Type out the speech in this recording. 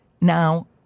now